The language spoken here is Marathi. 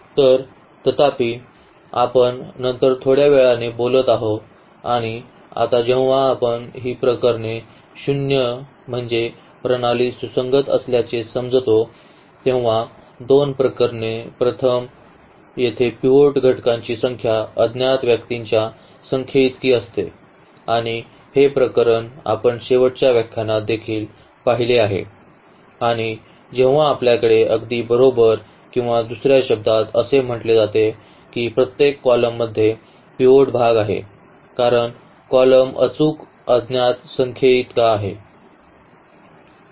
तर तथापि आपण नंतर थोड्या वेळाने बोलत आहोत आणि आता जेव्हा आपण ही प्रकरणे शून्य म्हणजे प्रणाली सुसंगत असल्याचे समजतो तेव्हा दोन प्रकरणे प्रथम येथे पिव्होट घटकांची संख्या अज्ञात व्यक्तींच्या संख्येइतकी असते आणि हे प्रकरण आपण शेवटच्या व्याख्यानात देखील पाहिले आहे आणि जेव्हा आपल्याकडे अगदी बरोबर किंवा दुसर्या शब्दात असे म्हटले जाते की प्रत्येक column मध्ये पिव्होट भाग आहे कारण column अचूक अज्ञात संख्ये इतका आहे